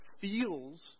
feels